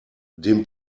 dem